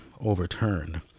overturned